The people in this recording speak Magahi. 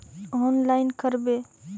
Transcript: औनलाईन करवे?